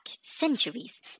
centuries